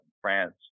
France